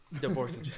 Divorce